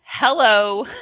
Hello